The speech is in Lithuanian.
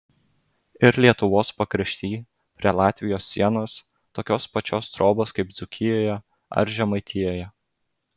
ir lietuvos pakrašty prie latvijos sienos tokios pačios trobos kaip dzūkijoje ar žemaitijoje